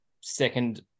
second